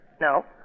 No